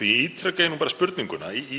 Því ítreka ég spurninguna: Í